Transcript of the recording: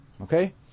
okay